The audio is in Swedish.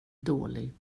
dålig